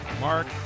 Mark